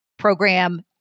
program